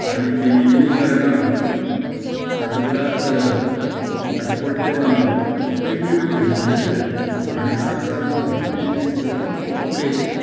आनी पिनील्ली शर्टां ताका बुराक करप ताका पट्ट्यो बांदप अश्यो वेगवेगळ्यो फॅशनी आयल्यात आनी ताका लागून म्हाका कितें दिसता की कपडे